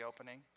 opening